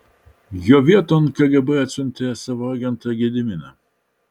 jo vieton kgb atsiuntė savo agentą gediminą